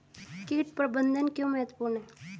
कीट प्रबंधन क्यों महत्वपूर्ण है?